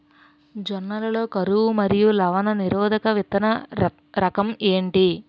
జొన్న లలో కరువు మరియు లవణ నిరోధక విత్తన రకం ఏంటి?